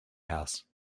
house